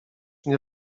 nie